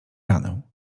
ranę